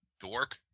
dork